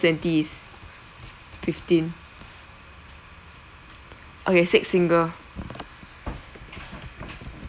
twenty is fifteen okay six single